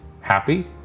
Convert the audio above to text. happy